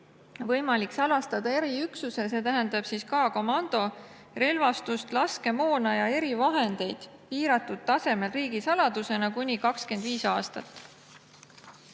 võimalik salastada eriüksuse, see tähendab K-komando relvastust, laskemoona ja erivahendeid piiratud tasemel riigisaladusena kuni 25 aastat.